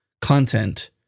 content